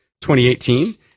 2018